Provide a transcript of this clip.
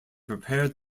prepared